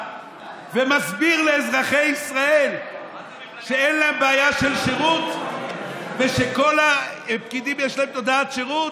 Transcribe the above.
ומסביר לאזרחי ישראל שאין להם בעיה של שירות ושלכל הפקידים יש תודעת שירות,